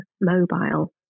mobile